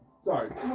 Sorry